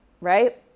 Right